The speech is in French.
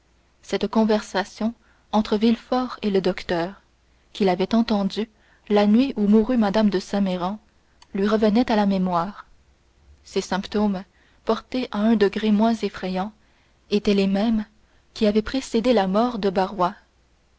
cette conversation entre villefort et le docteur qu'il avait entendue la nuit où mourut mme de saint méran lui revenait à la mémoire ces symptômes portés à un degré moins effrayant étaient les mêmes qui avaient précédé la mort de barrois